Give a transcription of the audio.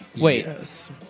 Wait